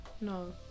no